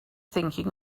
thinking